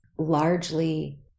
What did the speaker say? largely